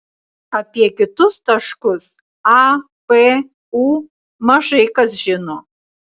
apie kitus taškus a p u mažai kas žino